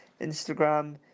Instagram